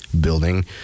building